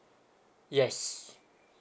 yes